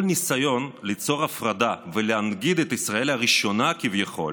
כל ניסיון ליצור הפרדה ולהנגיד את ישראל הראשונה כביכול